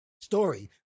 story